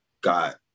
got